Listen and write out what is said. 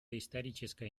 историческая